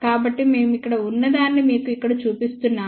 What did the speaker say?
కాబట్టి మేము ఇక్కడ ఉన్నదాన్ని మీకు ఇక్కడ చూపిస్తున్నాము